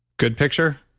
good picture?